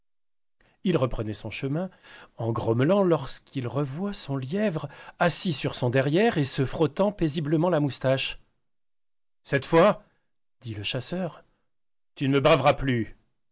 il reprenait son chemin en grommelant lorsqu'il revoit son lièvre assis sur son derrière et se frottant paisiblement la moustache cette fois dit le chasseur tu ne me braveras plus